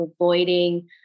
avoiding